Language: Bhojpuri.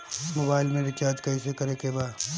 मोबाइल में रिचार्ज कइसे करे के बा?